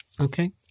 okay